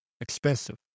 expensive